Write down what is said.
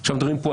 אז פתרנו את